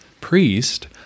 priest